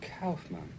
Kaufman